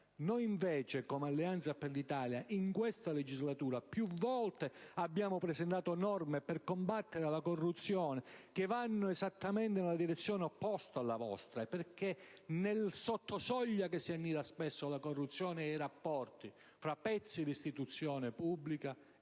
Noi invece come Alleanza per l'Italia abbiamo più volte presentato in questa legislatura norme per combattere la corruzione, che vanno esattamente nella direzione opposta alla vostra. È infatti nel sotto soglia che si annida spesso la corruzione e i rapporti tra pezzi di istituzione pubblica